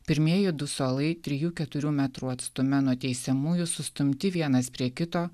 pirmieji du suolai trijų keturių metrų atstume nuo teisiamųjų sustumti vienas prie kito